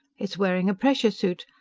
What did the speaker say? it's wearing a pressure suit.